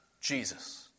Jesus